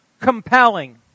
compelling